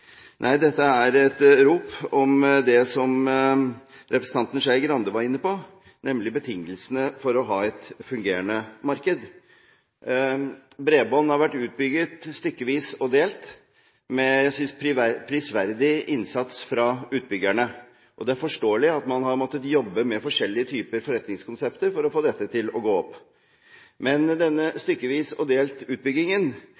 Nei, dette er et rop om det som representanten Skei Grande var inne på, nemlig betingelsene for å ha et fungerende marked. Bredbånd har vært utbygget stykkevis og delt med prisverdig innsats fra utbyggerne. Det er forståelig at man har måttet jobbe med forskjellige typer forretningskonsepter for å få dette til å gå opp. Men denne